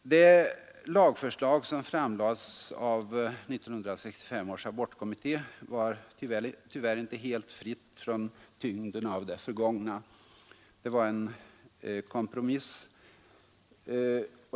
Det lagförslag som framlades av 1965 års abortkommitté var tyvärr inte helt fritt från tyngden av det förgångna. Det var en kompromiss.